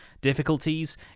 difficulties